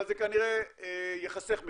אבל זה כנראה ייחסך מאיתנו,